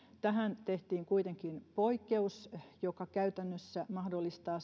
tähän tehtiin kuitenkin poikkeus joka käytännössä mahdollistaa